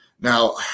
now